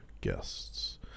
guests